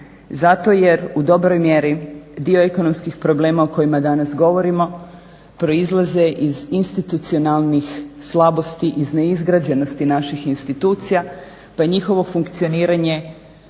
Zato jer u dobroj mjeri dio ekonomskih problema o kojima danas govorimo proizlaze iz institucionalnih slabosti, iz neizgrađenosti naših institucija, pa je njihovo funkcioniranje